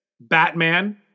Batman